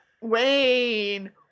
Wayne